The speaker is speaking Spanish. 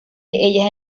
ellas